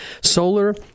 Solar